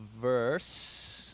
verse